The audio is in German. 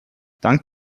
dank